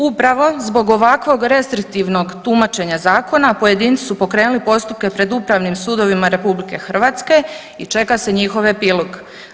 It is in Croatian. Upravo zbog ovakvog restriktivnog tumačenja zakona pojedinci su pokrenuli postupke pred upravnim sudovima RH i čeka se njihov epilog.